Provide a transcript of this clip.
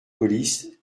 police